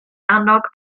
annog